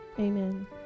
Amen